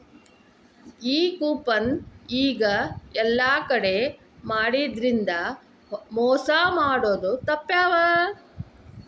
ಈ ಕೂಪನ್ ಈಗ ಯೆಲ್ಲಾ ಕಡೆ ಮಾಡಿದ್ರಿಂದಾ ಮೊಸಾ ಮಾಡೊದ್ ತಾಪ್ಪ್ಯಾವ